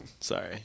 sorry